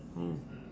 oh